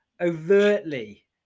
overtly